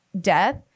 death